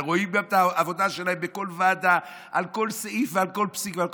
שרואים את העבודה שלה בכל ועדה על כל סעיף ועל כל פסיק.